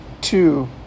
two